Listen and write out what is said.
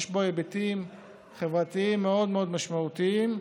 יש בו היבטים חברתיים מאוד משמעותיים.